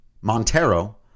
Montero